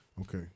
Okay